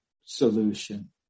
solution